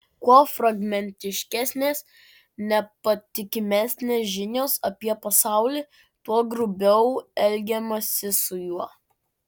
kuo fragmentiškesnės nepatikimesnės žinios apie pasaulį tuo grubiau elgiamasi su juo